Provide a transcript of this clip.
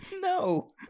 No